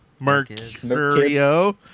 Mercurio